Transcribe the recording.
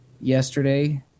yesterday